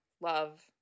love